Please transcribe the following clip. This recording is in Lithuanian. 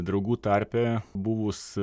draugų tarpe buvus